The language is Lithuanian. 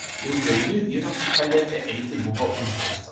ilgainiui vyrams į palėpę eiti buvo uždrausta